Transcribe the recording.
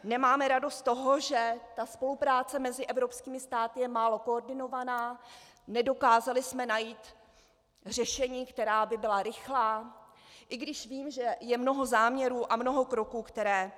Nemáme radost z toho, že spolupráce mezi evropskými státy je málo koordinována, nedokázali jsme najít řešení, která by byla rychlá, i když vím, že je mnoho záměrů a mnoho kroků, které i EU činí.